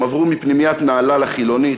הם עברו מפנימיית נהלל החילונית,